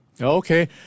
Okay